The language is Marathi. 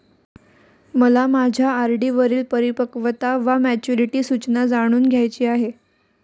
मला माझ्या आर.डी वरील परिपक्वता वा मॅच्युरिटी सूचना जाणून घ्यायची आहे